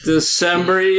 December